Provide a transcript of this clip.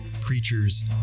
creatures